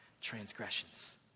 transgressions